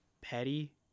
petty